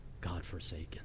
God-forsaken